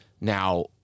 now